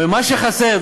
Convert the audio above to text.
ומה שחסר,